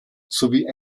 sowie